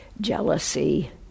jealousy